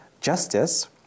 justice